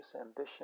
ambition